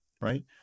right